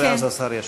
ואז השר ישיב.